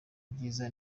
byiza